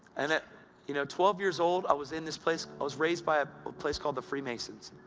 and at you know twelve years old, i was in this place. i was raised by a place called the freemasons,